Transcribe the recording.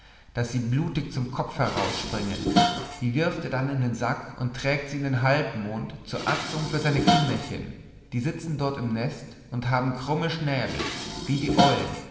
daß sie blutig zum kopf herausspringen die wirft er dann in den sack und trägt sie in den halbmond zur atzung für seine kinderchen die sitzen dort im nest und haben krumme schnäbel wie die eulen